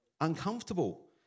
uncomfortable